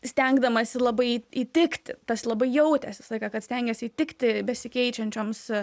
stengdamasi labai įtikti tas labai jautėsi sakė kad stengiasi įtikti besikeičiančioms